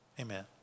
Amen